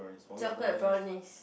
chocolate brownie